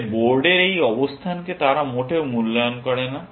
তাই বোর্ডের এই অবস্থানকে তারা মোটেও মূল্যায়ন করেন না